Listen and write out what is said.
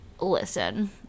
listen